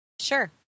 sure